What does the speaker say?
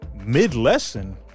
mid-lesson